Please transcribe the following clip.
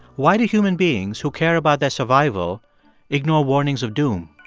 why do human beings who care about their survival ignore warnings of doom?